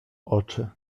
oczy